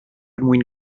mwyn